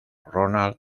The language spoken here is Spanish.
ronald